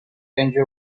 penja